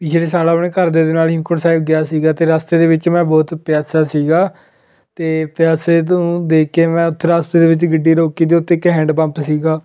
ਪਿਛਲੇ ਸਾਲ ਆਪਣੇ ਘਰਦਿਆਂ ਦੇ ਨਾਲ ਹੇਮਕੁੰਟ ਸਾਹਿਬ ਗਿਆ ਸੀਗਾ ਅਤੇ ਰਸਤੇ ਦੇ ਵਿੱਚ ਮੈਂ ਬਹੁਤ ਪਿਆਸਾ ਸੀਗਾ ਅਤੇ ਪਿਆਸੇ ਨੂੰ ਦੇਖ ਕੇ ਮੈਂ ਉੱਥੇ ਰਾਸਤੇ ਦੇ ਵਿੱਚ ਗੱਡੀ ਰੋਕੀ ਅਤੇ ਉੱਥੇ ਇੱਕ ਹੈਂਡ ਪੰਪ ਸੀਗਾ